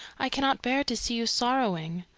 i cannot bear to see you sorrowing.